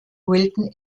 wilton